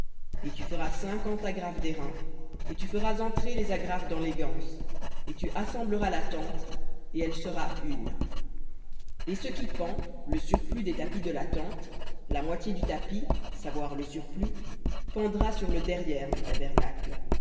et tu feras cinquante agrafes d'airain et tu feras entrer les agrafes dans les ganses et tu assembleras la tente et elle sera une et ce qui pend le surplus des tapis de la tente la moitié du tapis savoir le surplus pendra sur le derrière du tabernacle